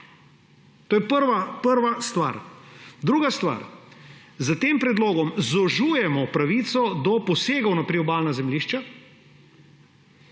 To je prva stvar. Druga stvar, s tem predlogom zožujemo pravico do posegov na priobalna zemljišča,